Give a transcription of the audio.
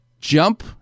jump